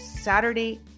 Saturday